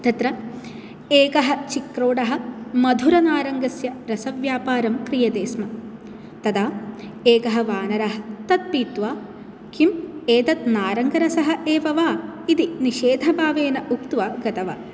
तत्र एकः चिक्रोडः मधुरनारङ्गस्य रसव्यापारं क्रियते स्म तदा एकः वानरः तत्पीत्वा किम् एतत् नारङ्गरसः एव वा इति निषेधभावेन उक्त्वा गतवान्